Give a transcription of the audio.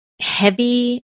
heavy